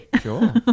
Sure